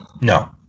No